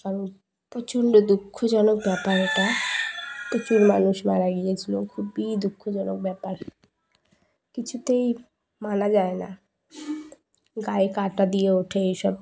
কারণ প্রচণ্ড দুঃখজনক ব্যাপার এটা প্রচুর মানুষ মারা গিয়েছিলো খুবই দুঃখজনক ব্যাপার কিছুতেই মানা যায় না গায়ে কাঁটা দিয়ে ওঠে এইসব